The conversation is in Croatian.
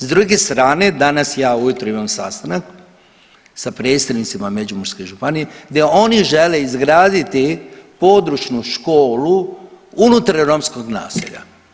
S druge strane danas ja ujutro imam sastanak sa predstavnicima Međimurske županije gdje oni žele izgraditi područnu školu unutar romskog naselja.